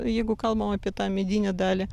jeigu kalbam apie tą medinę dalį